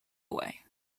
away